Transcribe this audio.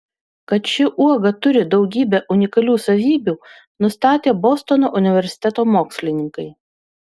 kad ši uoga turi daugybę unikalių savybių nustatė bostono universiteto mokslininkai